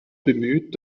bemüht